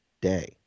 day